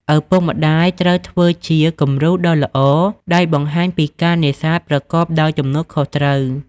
ឪពុកម្តាយត្រូវធ្វើជា គំរូ ដ៏ល្អដោយបង្ហាញពីការនេសាទប្រកបដោយទំនួលខុសត្រូវ។